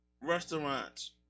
restaurants